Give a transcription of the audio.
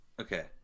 okay